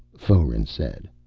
foeren said.